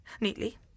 neatly